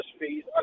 fees